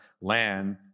land